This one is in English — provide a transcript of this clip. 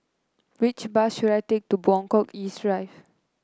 which bus should I take to Buangkok East Drive